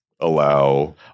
allow